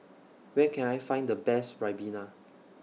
Where Can I Find The Best Ribena